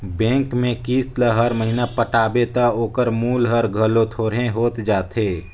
bank में किस्त ल हर महिना पटाबे ता ओकर मूल हर घलो थोरहें होत जाथे